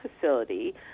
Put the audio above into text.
facility